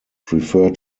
prefer